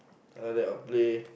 then after that I'll play